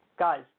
Guys